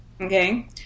okay